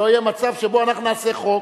שלא יהיה מצב שבו אנחנו נעשה חוק,